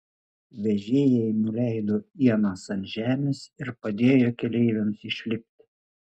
vežėjai nuleido ienas ant žemės ir padėjo keleiviams išlipti